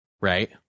right